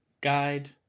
guide